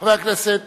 חבר הכנסת